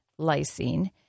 lysine